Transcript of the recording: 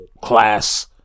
class